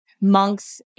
monks